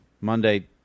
Monday